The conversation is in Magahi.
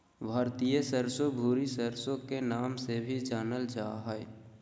भारतीय सरसो, भूरी सरसो के नाम से भी जानल जा हय